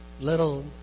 little